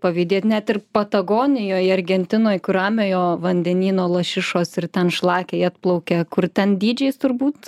pavydėt net ir patagonijoj argentinoj kur ramiojo vandenyno lašišos ir ten šlakiai atplaukia kur ten dydžiais turbūt